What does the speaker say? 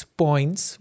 points